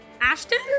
Ashton